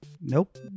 Nope